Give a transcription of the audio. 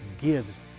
gives